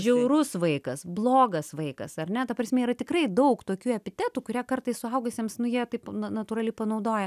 žiaurus vaikas blogas vaikas ar ne ta prasme yra tikrai daug tokių epitetų kurie kartais suaugusiems nu jie taip na natūraliai panaudoja